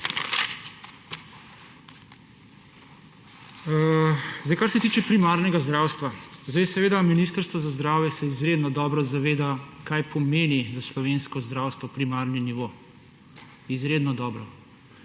Kar se tiče primarnega zdravstva, Ministrstvo za zdravje se izredno dobro zaveda, kaj pomeni za slovensko zdravstvo primarni nivo. Izredno dobro.